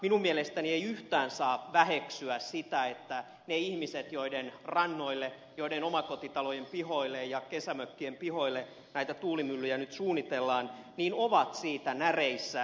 minun mielestäni ei yhtään saa väheksyä sitä että ne ihmiset joiden rannoille joiden omakotitalojen pihoille ja kesämökkien pihoille näitä tuulimyllyjä nyt suunnitellaan ovat siitä näreissään